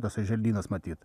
tasai želdynas matyt